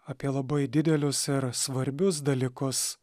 apie labai didelius ir svarbius dalykus